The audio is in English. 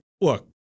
look